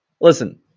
Listen